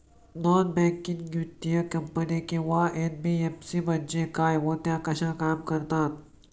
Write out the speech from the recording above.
Non banking वित्तीय company किंवा NBFC म्हणजे काय व त्या कशा काम करतात?